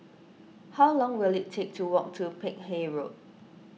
how long will it take to walk to Peck Hay Road